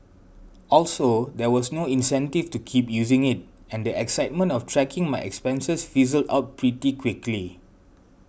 also there was no incentive to keep using it and the excitement of tracking my expenses fizzled out pretty quickly